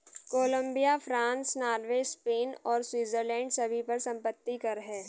Colombia, France, Norway, Spain और Switzerland सभी पर संपत्ति कर हैं